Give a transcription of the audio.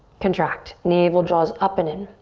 contract. navel draws up and in.